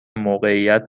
موقعیت